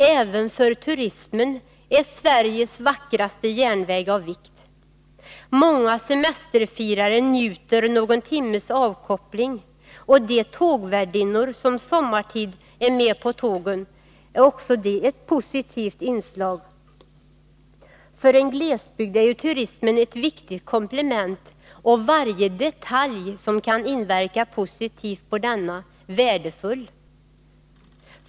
Även för turismen är ”Sveriges vackraste järnväg” av vikt. Många semesterfirare njuter någon timmes avkoppling, och de tågvärdinnor som sommartid är med på tågen är också de ett positivt inslag. För en glesbygd är ju turismen ett viktigt komplement, och varje detalj som kan inverka positivt på denna är värdefull.